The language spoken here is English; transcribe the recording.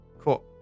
Cool